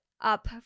up